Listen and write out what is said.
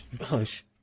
hush